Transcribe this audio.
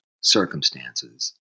circumstances